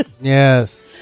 yes